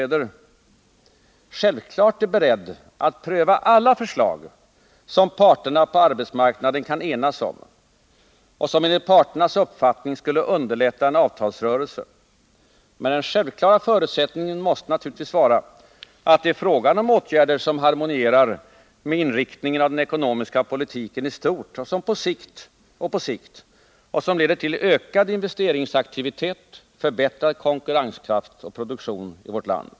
äder självklart är beredd att pröva alla förslag som parterna på arbetsmarknaden kan enas om och som enligt deras uppfattning skulle underlätta en avtalsuppgörelse. Men den självklara förutsättningen måste naturligtvis vara att det är fråga om åtgärder som harmonierar med inriktningen av den ekonomiska politiken i stort och på sikt och som leder till ökad investeringsaktivitet, förbättrad konkurrenskraft och produktion i vårt land.